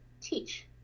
teach